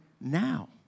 now